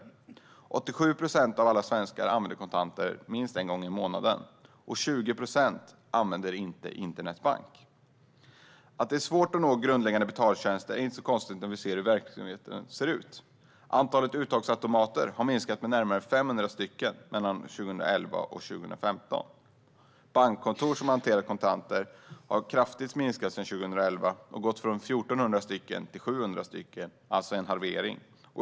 Det är 87 procent av alla svenska som använder kontanter minst en gång i månaden, och 20 procent använder inte internetbank. Att det är svårt att nå grundläggande betaltjänster är inte konstigt när vi ser hur verksamheten ser ut. Antalet uttagsautomater har 2011-2015 minskat med närmare 500. Bankkontor som hanterar kontanter har kraftigt minskat sedan 2011 och gått från 1 400 till 700, alltså en halvering.